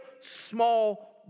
small